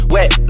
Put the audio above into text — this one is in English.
Wet